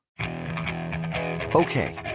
Okay